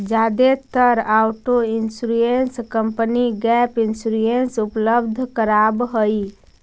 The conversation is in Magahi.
जादेतर auto insurance company gap insurance उपलब्ध करावऽ हई